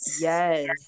Yes